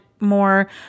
more